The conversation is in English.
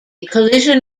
collision